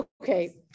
okay